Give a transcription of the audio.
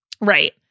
Right